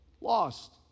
Lost